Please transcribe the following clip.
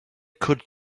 could